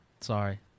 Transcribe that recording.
Sorry